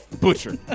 Butcher